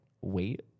wait